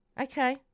Okay